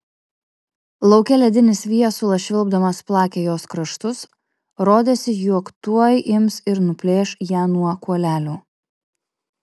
lauke ledinis viesulas švilpdamas plakė jos kraštus rodėsi jog tuoj ims ir nuplėš ją nuo kuolelių